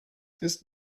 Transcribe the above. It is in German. ist